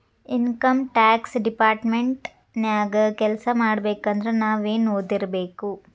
Income tax department ನ್ಯಾಗ್ ಕೆಲ್ಸಾಮಾಡ್ಬೇಕಂದ್ರ ನಾವೇನ್ ಒದಿರ್ಬೇಕು?